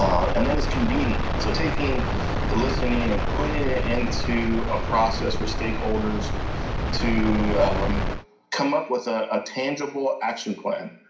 um and then it's convening. so taking the listening and and putting it into a process with stakeholders to come up with a tangible action plan.